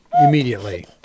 immediately